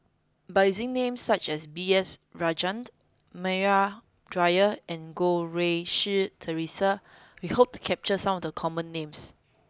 by using names such as B S Rajhans Maria Dyer and Goh Rui Si Theresa we hope to capture some of the common names